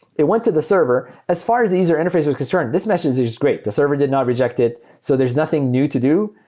it went to the server. as far as these are interfaces are concerned, this message is great. the server did not reject it. so there's nothing new to do,